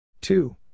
Two